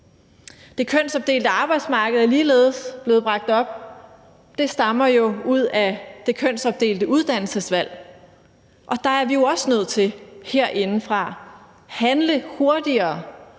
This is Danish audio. Det kønsopdelte arbejdsmarked er ligeledes blevet bragt op, og det stammer jo fra det kønsopdelte uddannelsesvalg, og der er vi også nødt til herindefra at handle hurtigere